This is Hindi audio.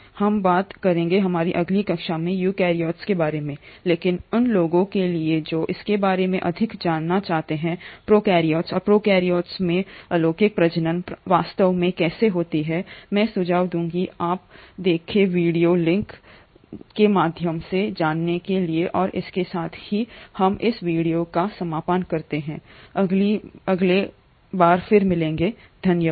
हम बात करेंगे हमारी अगली कक्षा में यूकेरियोट्स के बारे में लेकिन उन लोगों के लिए जो इसके बारे में अधिक जानना चाहते हैं प्रोकैरियोट्स और प्रोकैरियोट्स में अलैंगिक प्रजनन वास्तव में कैसे होता है मैं सुझाव दूंगा आप 2 सुझाए गए वीडियो लिंक के माध्यम से जाने के लिए और इसके साथ ही हम इस वीडियो का समापन करते हैं अगले एक में फिर मिलेंगे धन्यवाद